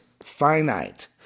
finite